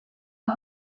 aho